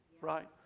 Right